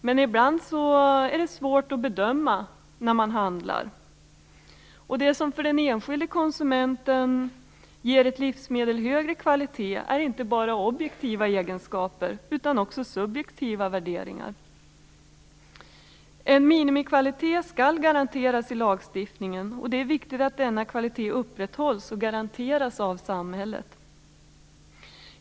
Men ibland är det svårt att bedöma den när man handlar. Det som för den enskilde konsumenten ger ett livsmedel högre kvalitet är inte bara objektiva egenskaper utan också subjektiva värderingar. Minimikvalitet skall garanteras i lagstiftningen, och det är viktigt att denna kvalitet upprätthålls och garanteras av samhället.